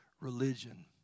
religion